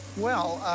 well,